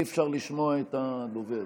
אי-אפשר לשמוע את הדובר.